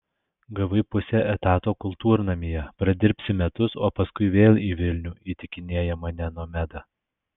gavai pusę etato kultūrnamyje pradirbsi metus o paskui vėl į vilnių įtikinėja mane nomeda